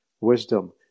wisdom